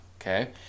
okay